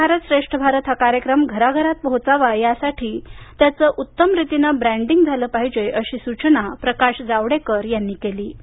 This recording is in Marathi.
एक भारत श्रेष्ठ भारत हा कार्यक्रम घराघरात पोहोचावा यासाठी याचं उत्तम रीतीनं ब्रॅंडिंग झालं पाहिजे अशी सूचना प्रकाश जावडेकर यांनी केली